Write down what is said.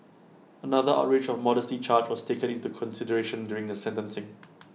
another outrage of modesty charge was taken into consideration during the sentencing